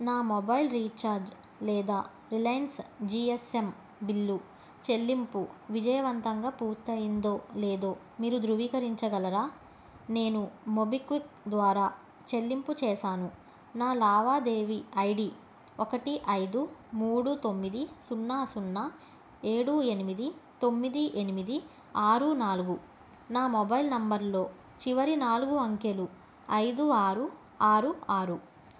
నా mobile recharge లేదా Reliance G S M bill చెల్లింపు విజయవంతంగా పూర్తయిందో లేదో మీరు ధృవీకరించగలరా నేను మొబిక్విక్ ద్వారా చెల్లింపు చేశాను నా లావాదేవీ ఐ డీ ఒకటి ఐదు మూడు తొమ్మిది సున్నా సున్నా ఏడు ఎనిమిది తొమ్మిది ఎనిమిది ఆరు నాలుగు నా మొబైల్ నెంబర్లో చివరి నాలుగు అంకెలు ఐదు ఆరు ఆరు ఆరు